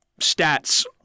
stats